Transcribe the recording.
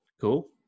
cool